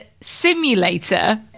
simulator